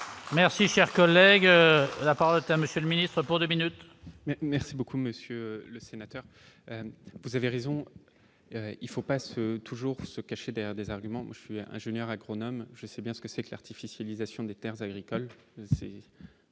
merci, cher collègue, rapporte monsieur le ministre, pour 2 minutes. Merci beaucoup monsieur le sénateur, vous avez raison il faut pas se toujours se cacher derrière des arguments, je suis ingénieur agronome, je sais bien ce que c'est que l'artificialisation des Terres agricoles